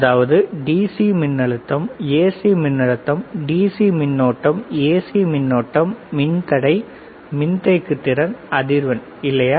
அதாவது டிசி மின்னழுத்தம் ஏசி மின்னழுத்தம் டிசி மின்னோட்டம் ஏசி மின்னோட்டம் மின்தடை மின்தேக்கு திறன் அதிர்வெண் இல்லையா